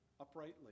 uprightly